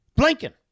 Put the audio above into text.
Blinken